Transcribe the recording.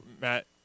Matt